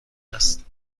است